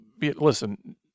listen